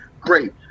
great